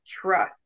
trust